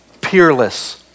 peerless